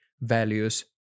values